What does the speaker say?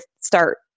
start